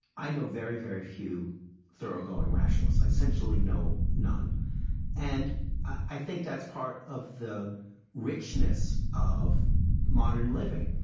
i know very, very few thoroughgoing rationalists. i essentially know none and i think that's part of the richness of modern living.